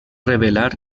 revelar